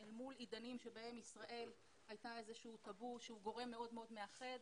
אל מול עידנים שבהם ישראל הייתה איזשהו טאבו שגורם מאוד מאוד מאחד.